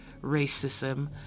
racism